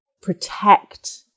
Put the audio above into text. protect